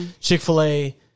Chick-fil-A